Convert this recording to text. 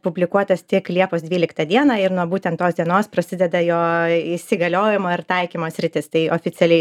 publikuotas tiek liepos dvyliktą dieną ir nuo būtent tos dienos prasideda jo įsigaliojimo ir taikymo sritis tai oficialiai